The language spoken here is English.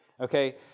Okay